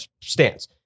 stance